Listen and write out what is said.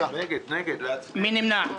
מי נמנע?